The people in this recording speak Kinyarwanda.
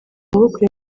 maboko